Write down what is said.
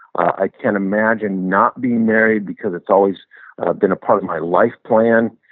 i can't imagine not being married because it's always been a part of my life plan.